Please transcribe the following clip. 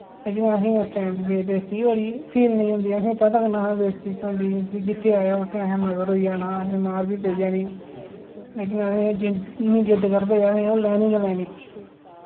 लेकिन असें उस टाइम दी बे बेजती बी बड़ी फील नेईं होंदी ही असें पता क निं'हा बेजती केह् होंदी जित्थै आया उत्थै असें मगर होई जाना असें मार बी पेई जानी लेकिन अस जिद्द इन्नी जिद्द करदे हे असें ओ लैनी गै लैनी